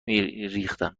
ریختم